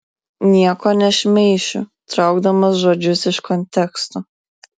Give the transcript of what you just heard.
nieko nešmeišiu traukdamas žodžius iš konteksto